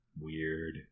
weird